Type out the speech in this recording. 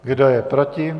Kdo je proti?